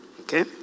Okay